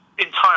entire